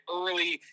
early